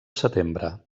setembre